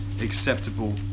acceptable